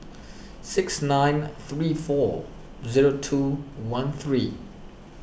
six nine three four zero two one three